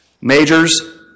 Majors